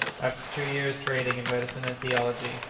after two years' training in medicine and theology,